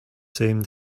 same